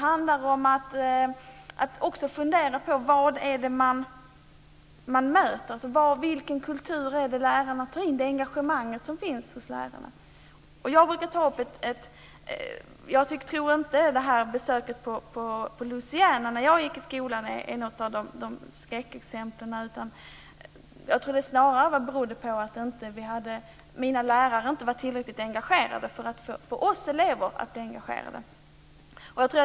Man måste fundera över vad det är som man möter och vilken kultur som lärarna förmedlar. Jag tror inte att besöket på Louisiana när jag gick i skolan är något skräckexempel. Snarare berodde misslyckandet på att mina lärare inte var tillräckligt engagerade för att få oss elever att bli engagerade.